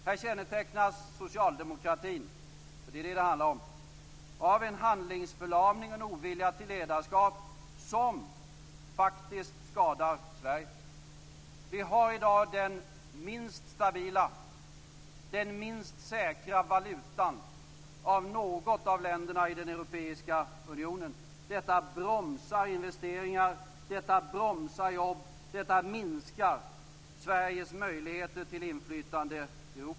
Här kännetecknas socialdemokratin - det är vad det handlar om - av en handlingsförlamning och en ovilja till ledarskap som skadar Sverige. Vi har i dag den minst stabila och minst säkra valutan av något av länderna i den europeiska unionen. Detta bromsar investeringar. Detta bromsar jobb. Detta minskar Sveriges möjligheter till inflytande i Europa.